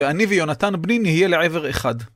ואני ויונתן בני יהיה לאיבר אחד.